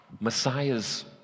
Messiahs